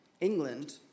England